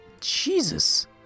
Jesus